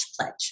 pledge